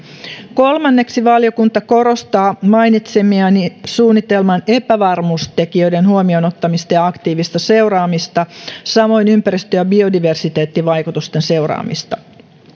kolmanneksi valiokunta korostaa mainitsemiani suunnitelman epävarmuustekijöiden huomioon ottamista ja aktiivista seuraamista samoin ympäristö ja biodiversiteettivaikutusten seuraamista